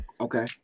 Okay